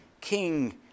king